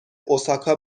اوساکا